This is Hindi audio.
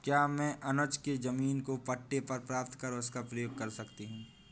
क्या मैं अनुज के जमीन को पट्टे पर प्राप्त कर उसका प्रयोग कर सकती हूं?